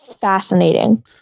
fascinating